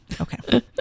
okay